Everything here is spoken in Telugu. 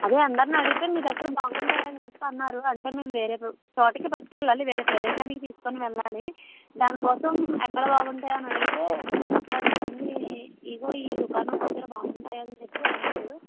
అదే అందరినీ అడిగితే మీ దగ్గర బాగుంటాయి అని చెప్పి అన్నారు అందుకే మేము వేరే చోటికి పట్టుకెళ్ళాలి వేరే ప్రదేశానికి తీసుకొని వెళ్ళాలి దానికోసం ఎక్కడ బాగుంటాయి అని అడిగితే ఇదిగో ఈ దుకాణం దగ్గర బాగుంటాయి అని చెప్పి అన్నారు